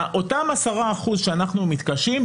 אותם 10% שאנחנו מתקשים,